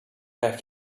have